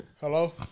Hello